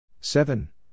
Seven